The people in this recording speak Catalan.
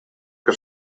que